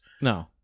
No